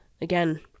again